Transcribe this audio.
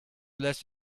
less